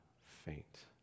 faint